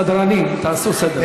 סדרנים, תעשו סדר שם.